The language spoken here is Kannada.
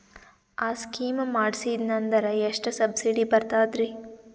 ಆ ಸ್ಕೀಮ ಮಾಡ್ಸೀದ್ನಂದರ ಎಷ್ಟ ಸಬ್ಸಿಡಿ ಬರ್ತಾದ್ರೀ?